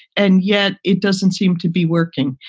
and yet it doesn't seem to be working.